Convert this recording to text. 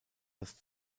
das